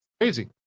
Crazy